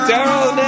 Daryl